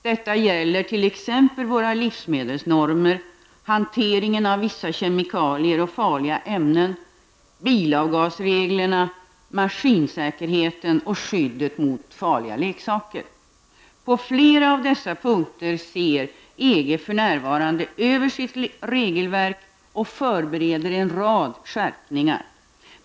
Detta gäller t.ex. våra livsmedelsnormer, hanteringen av vissa kemikalier och farliga ämnen, bilavgasreglerna, maskinsäkerheten samt skyddet mot farliga leksaker. På flera av dessa punkter ser EG för närvarande över sitt eget regelverk och förbereder en rad skärpningar.